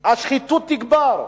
השחיתות תגבר,